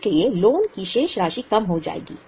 इसलिए लोन की शेष राशि कम हो जाएगी